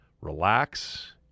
Relax